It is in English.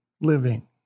living